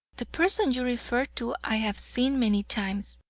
the person you refer to i have seen many times.